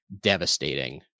devastating